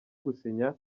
gusinya